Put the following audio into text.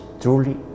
truly